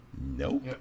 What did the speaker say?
Nope